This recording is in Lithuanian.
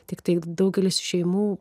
tiktai daugelis šeimų